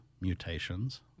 Mutations